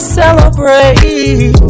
celebrate